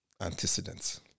Antecedents